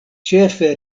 ĉefe